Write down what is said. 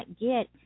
get